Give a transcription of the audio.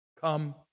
Come